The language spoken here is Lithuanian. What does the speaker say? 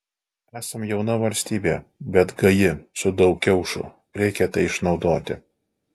esam jauna valstybė bet gaji su daug kiaušų reikia tai išnaudoti